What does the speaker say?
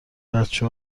بچه